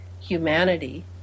humanity